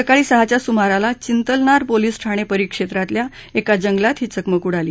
सकाळी सहाच्या सुमाराला चिंतलनार पोलीस ठाणे परिक्षेत्रातल्या एका जंगलात ही चकमक उडाली